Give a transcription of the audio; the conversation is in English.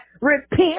repent